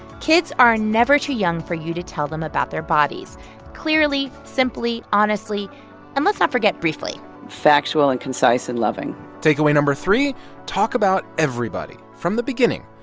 kids are never too young for you to tell them about their bodies clearly, simply, honestly and, let's not forget, briefly factual and concise and loving takeaway no. three talk about everybody from the beginning.